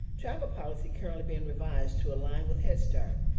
travel policy currently being revised to align with head start.